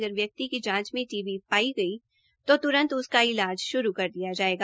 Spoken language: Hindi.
अगर व्यक्ति की जांच में टी बी पाई गई तो त्रंत इलाज श्रू कर दिया जायेगा